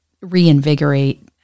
reinvigorate